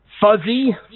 fuzzy